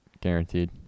guaranteed